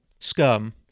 Scum